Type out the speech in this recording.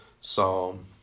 psalm